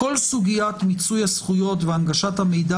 כל סוגיית מיצוי הזכויות והנגשת המידע